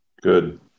good